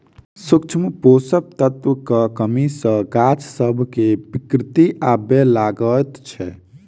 सूक्ष्म पोषक तत्वक कमी सॅ गाछ सभ मे विकृति आबय लागैत छै